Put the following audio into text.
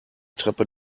treppe